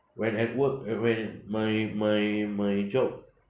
when at work at when my my my job